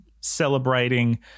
celebrating